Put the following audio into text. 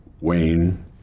Wayne